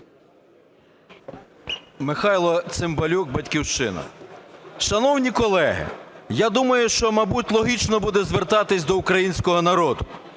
Михайло Цимбалюк, "Батьківщина". Шановні колеги, я думаю, що, мабуть, логічно буде звертатись до українського народу.